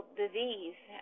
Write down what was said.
disease